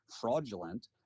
fraudulent